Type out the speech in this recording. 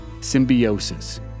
symbiosis